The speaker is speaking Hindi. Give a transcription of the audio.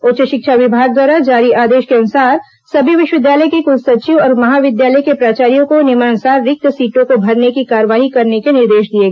उच्च शिक्षा विभाग द्वारा जारी आदेश के अनुसार सभी विश्वविद्यालय के कुलसचिव और महाविद्यालय के प्राचार्य को नियमानुसार रिक्त सीटों को भरने की कार्रवाई करने के निर्देश दिए गए हैं